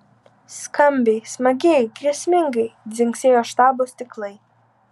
skambiai smagiai grėsmingai dzingsėjo štabo stiklai